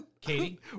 Katie